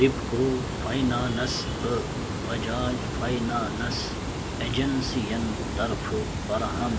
Repco finance تہٕ Bajaj finance اٮ۪جَنسِیَن طرفہٕ فراہم